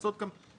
ליצור גם פתרונות,